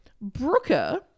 Brooker